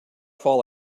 fall